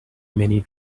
many